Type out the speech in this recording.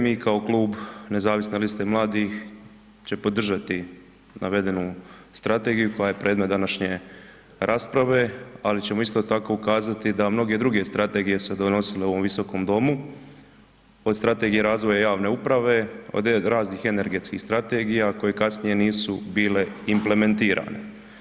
Mi kao klub nezavisne liste mladih će podržati navedenu strategiju koja je predmet današnje rasprave, ali ćemo isto tako ukazati da mnoge druge strategije su se donosile u ovom visokom domu, od Strategije razvoja javne uprave, od raznih energetskih strategija koje kasnije nisu bile implementirane.